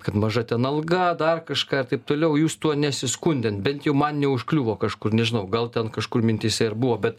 kad maža ten alga dar kažką ir taip toliau jūs tuo nesiskundėnt bent jau man neužkliuvo kažkur nežinau gal ten kažkur mintyse ir buvo bet